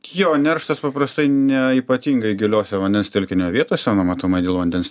jo nerštas paprastai neypatingai giliose vandens telkinio vietose nu matomai dėl vandens